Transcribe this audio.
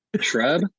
Shrub